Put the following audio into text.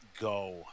go